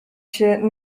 się